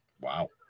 Wow